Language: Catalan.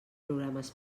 programes